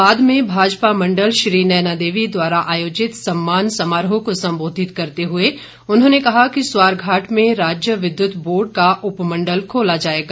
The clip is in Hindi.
बाद में भाजपा मण्डल श्री नैनादेवी द्वारा आयोजित सम्मान समारोह को संबोधित करते हुए उन्होंने कहा कि स्वारघाट में राज्य विद्युत बोर्ड का उपमण्डल खोला जाएगा